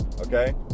okay